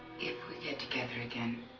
if we get together again